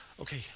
Okay